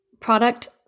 product